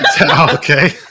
Okay